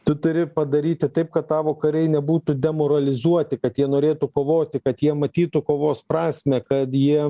tu turi padaryti taip kad tavo kariai nebūtų demoralizuoti kad jie norėtų kovoti kad jie matytų kovos prasmę kad jie